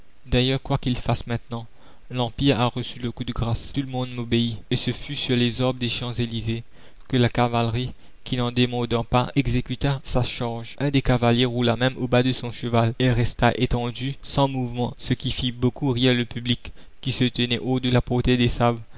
d'ailleurs quoi qu'il fasse maintenant l'empire a reçu le coup de grâce tout le monde m'obéit et ce fut sur les arbres des champs-elysées que la cavalerie qui n'en démordant pas exécuta sa charge un des cavaliers roula même au bas de son cheval et resta étendu sans mouvement ce qui fit beaucoup rire le public qui se tenait hors de la portée des sabres